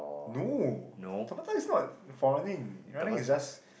no tabata is not for running running is just